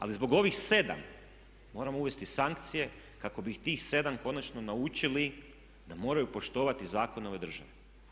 Ali zbog ovih 7 moramo uvesti sankcije kako bi tih 7 konačno naučili da moraju poštovati zakone ove države.